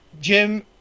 jim